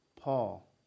Paul